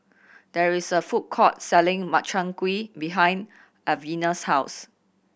there is a food court selling Makchang Gui behind Alvena's house